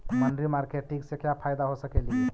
मनरी मारकेटिग से क्या फायदा हो सकेली?